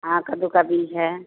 हाँ कद्दू का बीज है